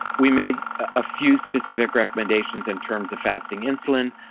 we made a few specific recommendations in terms of fasting insulin,